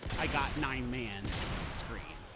i got nine mans screen.